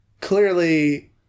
clearly